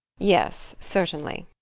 yes, certainly.